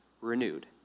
renewed